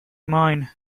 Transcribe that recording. mine